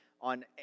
on